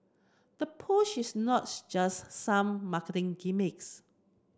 the push is not just some marketing gimmicks